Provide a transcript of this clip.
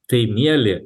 tai mieli